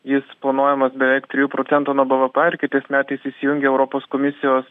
jis planuojamas beveik trijų procentų nuo bvp ir kitais metais įsijungia europos komisijos